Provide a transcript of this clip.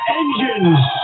engines